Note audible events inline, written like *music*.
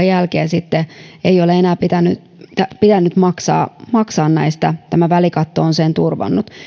*unintelligible* jälkeen sitten ei ole enää pitänyt maksaa maksaa näistä tämä välikatto on sen turvannut